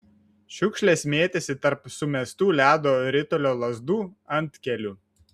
šiukšlės mėtėsi tarp sumestų ledo ritulio lazdų antkelių